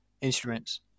instruments